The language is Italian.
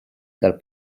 dal